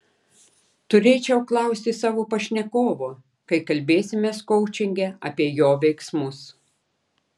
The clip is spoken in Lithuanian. turėčiau klausti savo pašnekovo kai kalbėsimės koučinge apie jo veiksmus